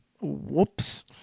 whoops